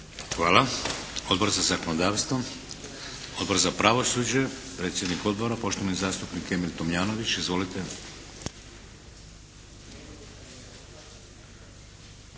Hvala. Odbor za zakonodavstvo? Odbor za pravosuđe, predsjednik odbora poštovani zastupnik Emil Tomljanović. Izvolite!